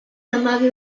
hamabi